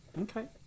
Okay